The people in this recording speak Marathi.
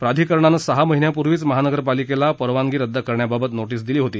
प्राधिकरणानं सहा महिन्यापूर्वीच महापालिकेला परवानगी रद्द करण्या बाबत नोटीस दिली होती